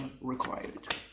required